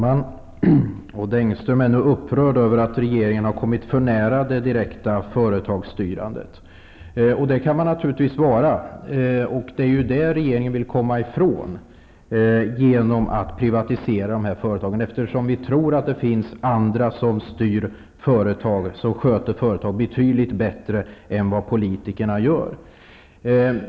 Fru talman! Odd Engström är nu upprörd över att regeringen har kommit för nära det direkta företagsstyrandet. Det kan man naturligtvis vara. Det är det regeringen vill komma ifrån genom att privatisera dessa företag, eftersom vi tror att det finns andra som sköter företag betydligt bättre än politikerna gör.